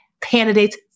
candidates